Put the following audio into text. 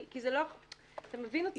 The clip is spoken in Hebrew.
אתה מבין אותי?